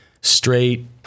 straight